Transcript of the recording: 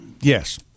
Yes